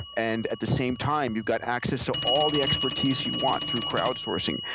and at the same time, you've got access to all the expertise you want through crowd sourcing.